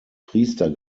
priester